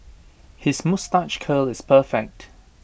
his moustache curl is perfect